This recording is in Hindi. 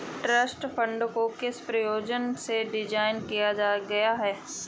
ट्रस्ट फंड को किस प्रयोजन से डिज़ाइन किया गया है?